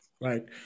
right